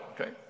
Okay